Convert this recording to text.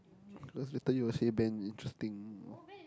or else later you will say Ben very interesting